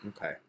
Okay